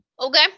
Okay